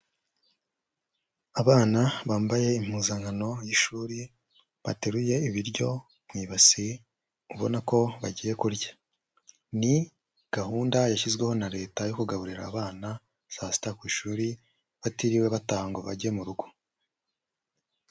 Abana bambaye impuzankano y'ishuri, bateruye ibiryo mu ibasi, ubona ko bagiye kurya. Ni gahunda yashyizweho na leta yo kugaburira abana saa sita ku ishuri, batiriwe batangaha ngo bajye mu rugo.